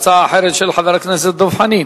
הצעה אחרת של חבר הכנסת דב חנין.